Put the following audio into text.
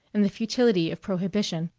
and the futility of prohibition.